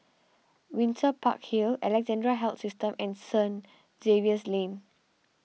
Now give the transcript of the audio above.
Windsor Park Hill Alexandra Health System and St Xavier's Lane